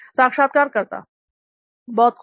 साक्षात्कारकर्ता बहुत खूब